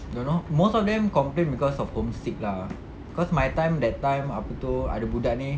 don't know most of them complain cause of homesick lah cause my time that time apa tu ada budak ni